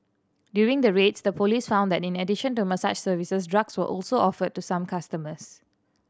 during the raids the police found that in addition to massage services drugs were also offered to some customers